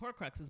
Horcruxes